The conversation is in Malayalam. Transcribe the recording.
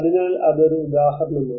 അതിനാൽ അത് ഒരുദാഹരണമാണ്